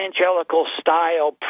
evangelical-style